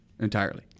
entirely